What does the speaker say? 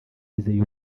yizeye